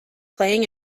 playing